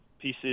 pieces